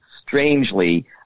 strangely